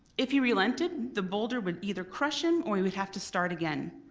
if he relented the boulder would either crush him or he would have to start again.